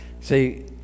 See